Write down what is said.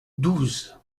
douze